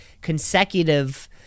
consecutive